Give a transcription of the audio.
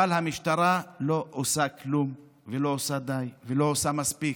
אבל המשטרה לא עושה כלום ולא עושה די ולא עושה מספיק.